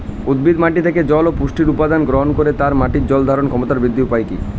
উদ্ভিদ মাটি থেকে জল ও পুষ্টি উপাদান গ্রহণ করে তাই মাটির জল ধারণ ক্ষমতার বৃদ্ধির উপায় কী?